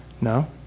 no